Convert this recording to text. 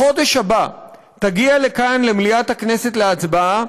בחודש הבא תגיע לכאן, למליאת הכנסת, להצבעה,